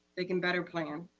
they can better plan.